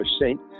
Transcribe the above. Saint